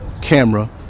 camera